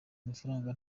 amafaranga